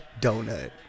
donut